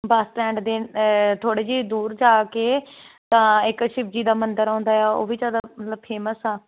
ਬੱਸ stand ਦੇ ਥੋੜੀ ਜਿਹੀ ਦੂਰ ਜਾ ਕੇ ਤਾਂ ਇੱਕ ਸ਼ਿਵ ਜੀ ਦਾ ਮੰਦਿਰ ਆਉਂਦਾ ਆ ਉਹ ਵੀ ਜਿਆਦਾ ਮਤਲਬ ਫੇਮਸ ਆ